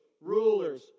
rulers